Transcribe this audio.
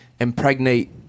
impregnate